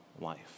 life